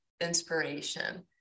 inspiration